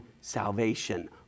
salvation